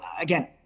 again